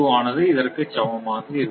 ஆனது இதற்கு சமமாக இருக்கும்